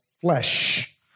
flesh